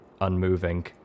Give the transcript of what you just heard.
unmoving